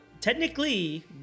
technically